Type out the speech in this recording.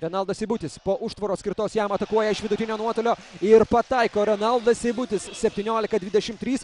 renaldas seibutis po užtvaros skirtos jam atakuoja iš vidutinio nuotolio ir pataiko renaldas seibutis septyniolika dvidešim trys